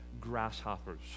grasshoppers